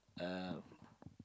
um